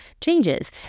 changes